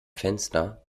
fenster